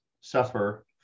suffer